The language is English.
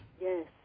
Yes